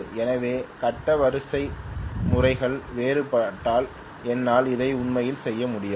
எனவே கட்ட வரிசைமுறைகள் வேறுபட்டால் என்னால் அதை உண்மையில் செய்ய முடியாது